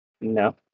No